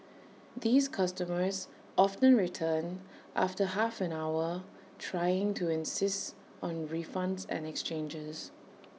these customers often return after half an hour trying to insist on refunds or exchanges